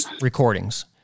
recordings